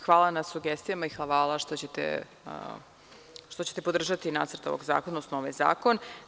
Hvala na sugestijama i hvala što ćete podržati nacrt ovog zakona, odnosno ovaj zakon.